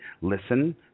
listen